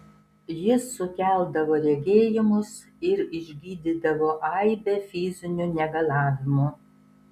jis sukeldavo regėjimus ir išgydydavo aibę fizinių negalavimų